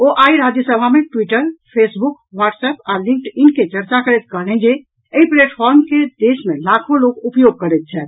ओ आई राज्यसभा मे Twitter Facebook WhatsApp आ लिंक्डइन के चर्चा करैत कहलनि जे एहि प्लेटफार्म के देश मे लाखो लोक उपयोग करैत छथि